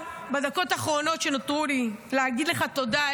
בדקות האחרונות שנותרו לי אני רוצה להגיד לך תודה,